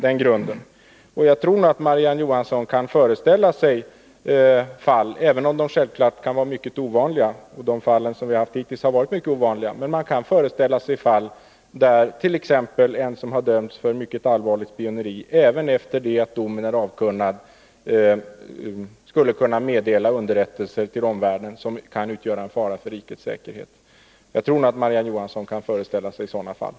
Även om sådana fall självfallet kan vara mycket ovanliga — och de fall som vi har haft hittills har varit mycket ovanliga — kan man föreställa sig fall där t.ex. en som har dömts för mycket allvarligt spioneri även efter det att domen blivit avkunnad skulle kunna meddela underrättelser till omvärlden som kan utgöra en fara för rikets säkerhet. Jag tror att Marie-Ann Johansson nog kan föreställa sig sådana fall.